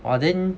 !wah! then